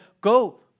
go